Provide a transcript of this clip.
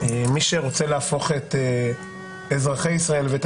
שמי שרוצה להפוך את אזרחי ישראל ואת